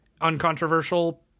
uncontroversial